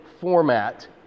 format